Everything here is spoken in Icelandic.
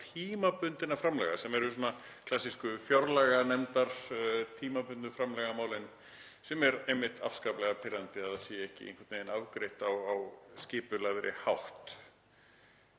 tímabundinna framlaga sem eru svona klassískt mál fjárlaganefndar, tímabundnu framlögin, það er einmitt afskaplega pirrandi að það sé ekki einhvern veginn afgreitt á skipulagðari hátt.